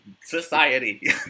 society